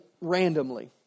randomly